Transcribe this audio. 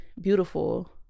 beautiful